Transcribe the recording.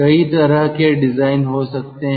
कई तरह के डिज़ाइन हो सकते हैं